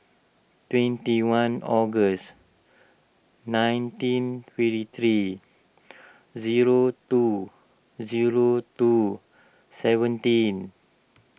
twenty one August nineteen fifty three zero two zero two seventeen